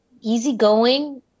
easygoing